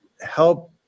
help